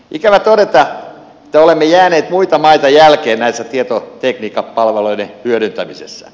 ikävä todeta että olemme jääneet muita maita jälkeen tietotekniikkapalveluiden hyödyntämisessä